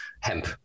hemp